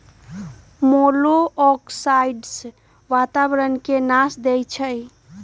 मोलॉक्साइड्स वातावरण के नाश देई छइ